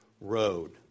road